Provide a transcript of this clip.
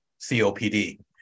COPD